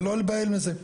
ולא להיבהל מזה.